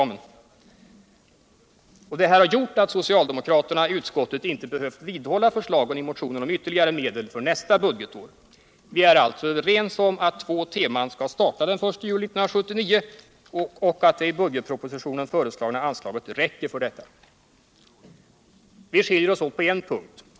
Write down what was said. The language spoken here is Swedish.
Den föreslagna nya forskningsorganisationen bygger inte på en strikt indelning i ämnesområden. Vi skiljer oss åt på en punkt.